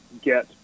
get